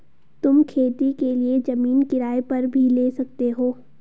तुम खेती के लिए जमीन किराए पर भी ले सकते हो